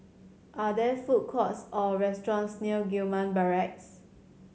are there food courts or restaurants near Gillman Barracks